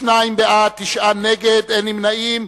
52 בעד, תשעה נגד, אין נמנעים.